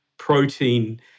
protein